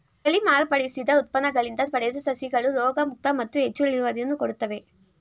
ತಳಿ ಮಾರ್ಪಡಿಸಿದ ಉತ್ಪನ್ನಗಳಿಂದ ಪಡೆದ ಸಸಿಗಳು ರೋಗಮುಕ್ತ ಮತ್ತು ಹೆಚ್ಚು ಇಳುವರಿಯನ್ನು ಕೊಡುತ್ತವೆ